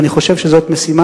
ואני חושב שזאת משימה,